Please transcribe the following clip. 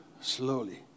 slowly